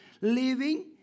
living